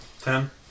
Ten